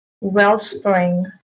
wellspring